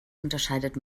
unterscheidet